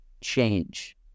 change